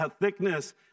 thickness